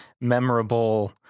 memorable